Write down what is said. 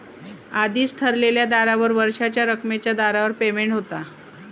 आधीच ठरलेल्या दरावर वर्षाच्या रकमेच्या दरावर पेमेंट होता